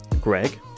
Greg